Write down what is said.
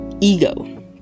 ego